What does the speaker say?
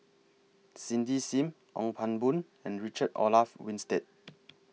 Cindy SIM Ong Pang Boon and Richard Olaf Winstedt